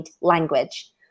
language